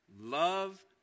Love